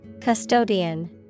Custodian